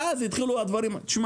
ואז התחילו -- -שמע,